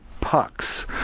pucks